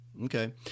Okay